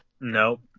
Nope